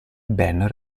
ben